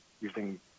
using